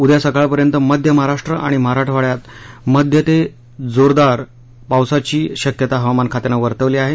उद्या सकाळपर्यंत मध्य महाराष्ट्र आणि मराठवाड्यात मध्यम ते जोरदार पावसाची शक्यता हवामान खात्यानं वर्तवली आहे